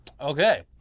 Okay